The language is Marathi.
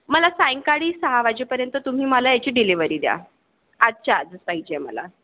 मला सायंकाळी सहा वाजेपर्यंत तुम्ही मला याची डिलेवरी द्या आजच्या आज पाहिजे मला